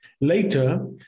Later